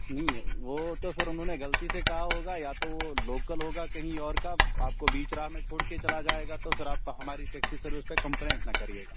نہیں وہ تو پھر انہوں نے غلطی سے کہا ہوگا یا تو وہ لوکل ہوگا کہیں اور کا آپ کو بیچ راہ میں چھوڑ کے چلا جائے گا تو سر آپ ہماری ٹیکسی سروس کمپنی پہ کمپلینٹ نہ کریئے گا